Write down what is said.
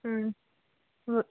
ಹ್ಞೂ ಹೊ